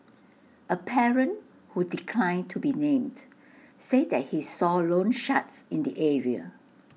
A parent who declined to be named said that he saw loansharks in the area